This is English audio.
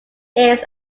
its